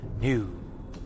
New